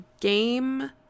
game